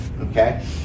okay